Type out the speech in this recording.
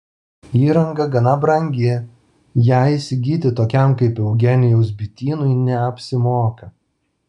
įranga gana brangi ją įsigyti tokiam kaip eugenijaus bitynui neapsimoka